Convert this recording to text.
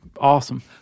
awesome